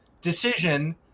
decision